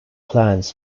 plants